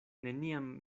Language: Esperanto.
neniam